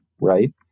right